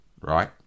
right